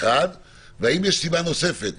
והאם יש סיבה נוספת,